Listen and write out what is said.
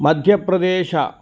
मध्यप्रदेशः